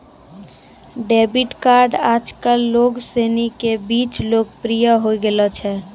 debit card आजकल लोग सनी के बीच लोकप्रिय होए गेलो छै